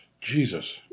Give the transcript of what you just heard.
Jesus